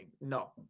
No